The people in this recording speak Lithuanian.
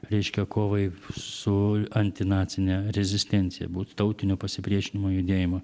reiškia kovai su antinacine rezistencija būt tautinio pasipriešinimo judėjimo